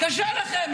קשה לכם.